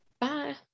bye